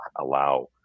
allow